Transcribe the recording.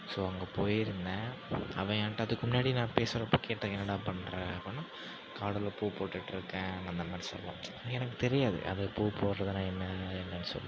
so அங்கே போயிருந்தேன் அவன் ஏன்கிட்ட அதுக்கு முன்னாடி நான் பேசுறப்போ கேட்டுருக்கேன் என்னடா பண்ணுற அப்புன்னா காடுல பூ போட்டுட்ருக்கேன் அந்த மாதிரிலாம் சொல்லுவான் எனக்கு தெரியாது அது பூ போடுறதுன்னா என்ன என்னென்று சொல்லிட்டு